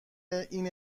این